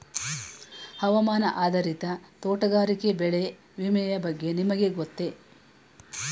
ಹವಾಮಾನ ಆಧಾರಿತ ತೋಟಗಾರಿಕೆ ಬೆಳೆ ವಿಮೆಯ ಬಗ್ಗೆ ನಿಮಗೆ ಗೊತ್ತೇ?